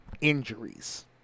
injuries